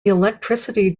electricity